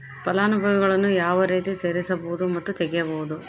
ಫಲಾನುಭವಿಗಳನ್ನು ಯಾವ ರೇತಿ ಸೇರಿಸಬಹುದು ಮತ್ತು ತೆಗೆಯಬಹುದು?